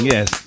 Yes